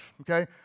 okay